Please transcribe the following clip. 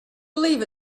believe